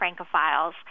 Francophiles